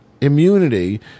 immunity